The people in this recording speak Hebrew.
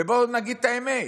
ובואו נגיד את האמת,